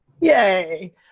yay